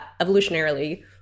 evolutionarily